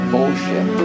Bullshit